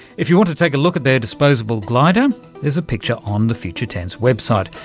if you want to take a look at their disposable glider there's a picture on the future tense website,